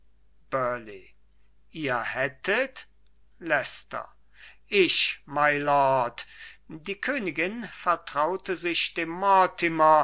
ihr hättet leicester ich mylord die königin vertraute sich dem